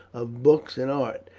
of books and art,